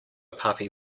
puppy